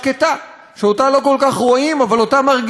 שאותה לא כל כך רואים אבל אותה מרגישים ויודעים,